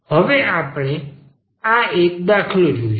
હવે આપણે આ એક દાખલો જોઈશું